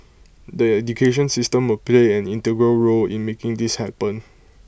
the education system will play an integral role in making this happen